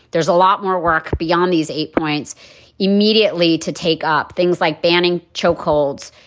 there's a lot more work beyond these eight points immediately to take up things like banning chokeholds,